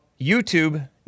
YouTube